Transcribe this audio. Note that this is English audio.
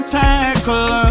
tackle